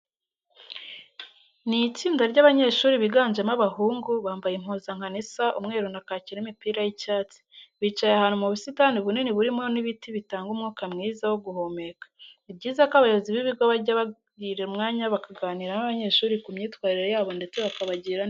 Ni itsinda ry'abanyeshuri biganjemo abahungu, bambaye impuzankano isa umweru na kake n'imipira y'icyatsi. Bicaye ahantu mu busitani bunini burimo n'ibiti bitanga umwuka mwiza wo guhumeka. Ni byiza ko abayobozi b'ibigo bajya bagira umwanya bakaganira n'abanyeshuri ku myitwarire yabo ndetse bakabagira n'inama.